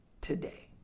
today